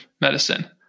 medicine